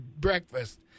breakfast